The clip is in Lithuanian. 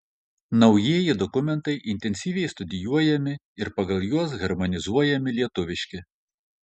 naujieji dokumentai intensyviai studijuojami ir pagal juos harmonizuojami lietuviški